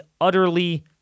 utterly